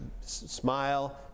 smile